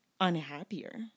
unhappier